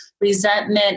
resentment